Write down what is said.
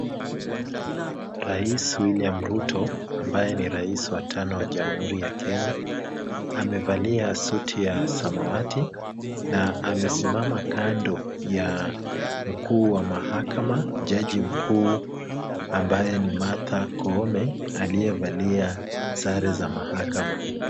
Rais William Ruto, ambaye ni rais wa tano wa jamhuri ya Kenya, amevalia suti ya samawati na amesimama kando ya mkuu wa mahakama jaji mkuu ambaye ni Martha Koome, aliyevalia sare za mahakama.